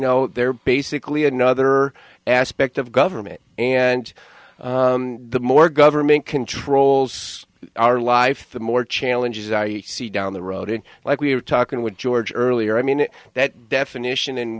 know they're basically another aspect of government and the more government controls our life the more challenges i see down the road and like we're talking with george earlier i mean that definition